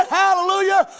hallelujah